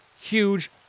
huge